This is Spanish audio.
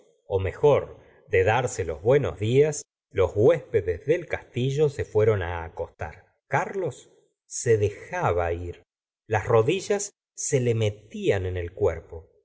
adiós mejor de darse los buenos días los huéspedes del castillo se fueron á acostar carlos se dejaba ir las rodillas se le mellan en el cuerpo